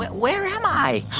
where am i?